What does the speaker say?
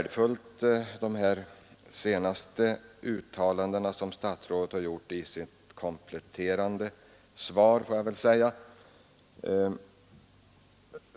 De uttalanden som statsrådet gjorde i sitt kompletterande svar var värdefulla.